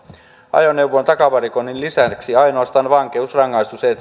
ajoneuvon takavarikoinnin lisäksi ainoastaan vankeusrangaistus